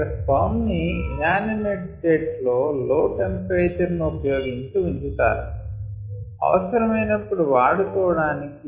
ఇక్కడ స్పర్మ్స్ ని inanimate state లో లో టెంపరేచర్ ను ఉపయోగించి ఉంచుతారు అవసరమయినపుడు వాడుకోవడానికి